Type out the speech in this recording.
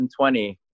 2020